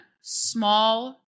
small